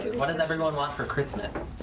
what does everyone want for christmas?